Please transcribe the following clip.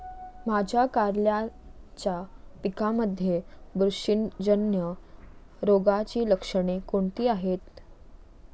माझ्या कारल्याच्या पिकामध्ये बुरशीजन्य रोगाची लक्षणे कोणती आहेत?